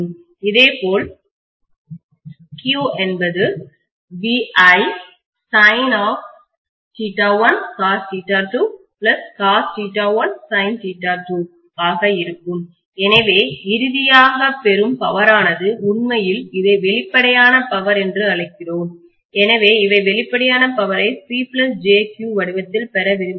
இதேபோல் Q என்பது ஆக இருக்கும் எனவே இறுதியாக பெறும் பவர் ஆனது உண்மையில் இதை வெளிப்படையான பவர் என்று அழைக்கிறோம் எனவே வெளிப்படையான பவரை PjQ வடிவத்தில் பெற விரும்புகிறோம்